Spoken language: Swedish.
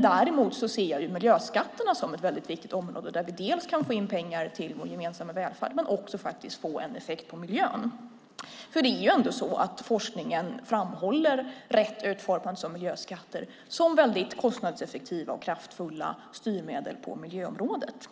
Däremot ser jag miljöskatterna som ett väldigt viktigt område där vi kan få in pengar till vår gemensamma välfärd men också få en effekt på miljön. Det är ändå så att forskningen framhåller rätt utformade miljöskatter som väldigt kostnadseffektiva och kraftfulla styrmedel på miljöområdet.